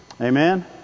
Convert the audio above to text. amen